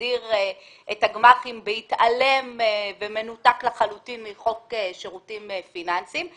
שמסדיר את הגמ"חים בהתעלם ובמנותק לחלוטין מחוק שירותים פיננסיים,